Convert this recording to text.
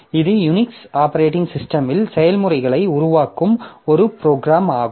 இது Unix operating சிஸ்டமில் செயல்முறைகளை உருவாக்கும் ஒரு ப்ரோக்ராம் ஆகும்